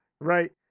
Right